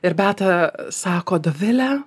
ir beata sako dovile